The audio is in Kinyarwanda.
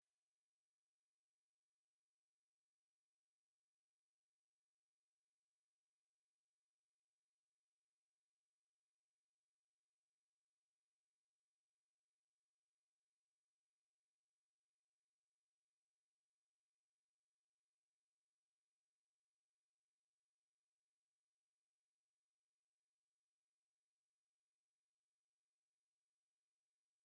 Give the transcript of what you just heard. Inzu irimo imiti myishi itandukanye harimo abantu babiri ariko umwe w'umugabo wambaye itaburiya arahagaze.